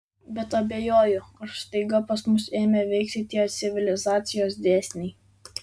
bet abejoju ar staiga pas mus ėmė veikti tie civilizacijos dėsniai